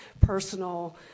personal